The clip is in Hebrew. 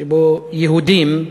שבה יהודים,